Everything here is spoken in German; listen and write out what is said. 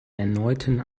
erneuten